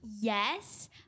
Yes